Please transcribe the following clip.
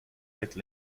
like